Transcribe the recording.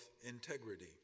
integrity